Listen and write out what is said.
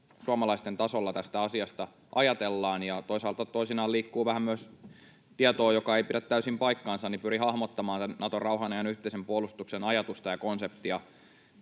suomalaisten tasolla tästä asiasta ajatellaan. Ja kun toisaalta toisinaan liikkuu vähän myös tietoa, joka ei pidä täysin paikkaansa, niin pyrin hahmottamaan tämän Naton rauhanajan yhteisen puolustuksen ajatusta ja konseptia